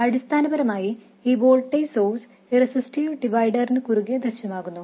അടിസ്ഥാനപരമായി ഈ voltage source ഈ റെസിസ്റ്റീവ് ഡിവൈഡറിനു കുറുകേ ദൃശ്യമാകുന്നു